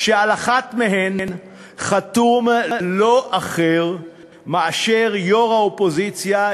על אחת מהן חתום לא אחר מאשר יו"ר האופוזיציה,